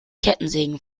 kettensägen